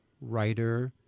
writer